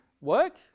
work